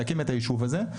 להקים את היישוב הזה,